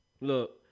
look